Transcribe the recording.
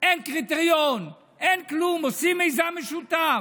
אין קריטריון, אין כלום, עושים מיזם משותף.